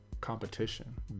competition